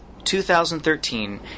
2013